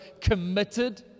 committed